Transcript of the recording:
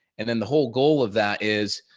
and then the whole goal of that is,